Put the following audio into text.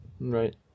Right